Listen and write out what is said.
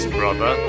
brother